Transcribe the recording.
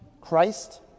Christ